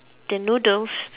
the noodles